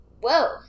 whoa